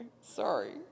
Sorry